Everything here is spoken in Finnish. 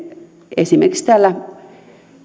esimerkiksi täällä